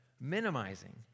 minimizing